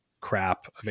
crap